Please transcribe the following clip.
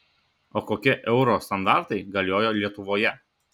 o kokie euro standartai galioja lietuvoje